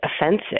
offensive